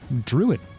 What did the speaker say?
druid